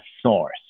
source